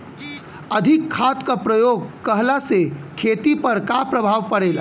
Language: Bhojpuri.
अधिक खाद क प्रयोग कहला से खेती पर का प्रभाव पड़ेला?